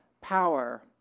Power